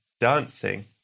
dancing